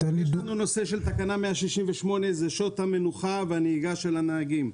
יש תקנה 168 שעות המנוחה והנהיגה של הנהגים.